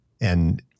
And-